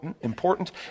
important